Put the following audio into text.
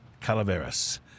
Calaveras